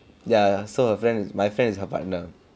ya so her friend my friend is her partner